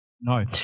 No